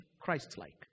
Christ-like